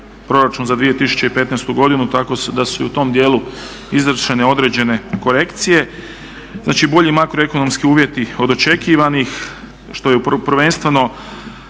za 2015. godinu tako da su i u tom dijelu izvršene određene korekcije. Znači bolji makroekonomski uvjeti od očekivanih što se prvenstveno